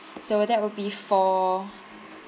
so that will be four